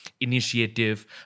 initiative